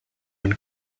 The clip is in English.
and